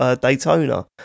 Daytona